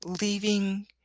leaving